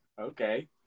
okay